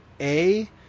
A-